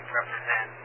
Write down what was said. represent